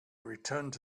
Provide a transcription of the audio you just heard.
returned